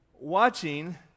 watching